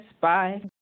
Bye